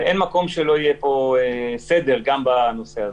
ואין מקום שלא יהיה פה סדר גם בנושא הזה.